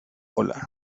hola